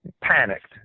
panicked